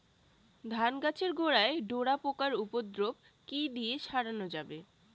ধান গাছের গোড়ায় ডোরা পোকার উপদ্রব কি দিয়ে সারানো যাবে?